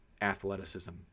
athleticism